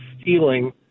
stealing